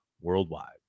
worldwide